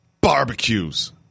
barbecues